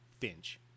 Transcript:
Finch